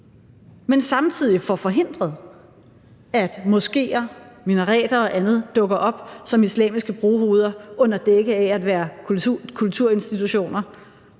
men samtidig får forhindret, at moskéer, minareter og andet dukker op som islamiske brohoveder under dække af at være kulturinstitutioner,